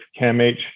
CAMH